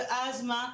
ואז מה?